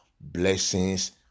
blessings